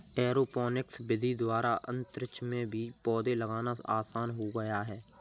aeroponics विधि द्वारा अंतरिक्ष में भी पौधे लगाना आसान हो गया है